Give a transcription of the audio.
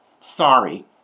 sorry